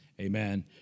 amen